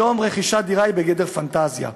היום רכישת דירה היא בגדר פנטזיה.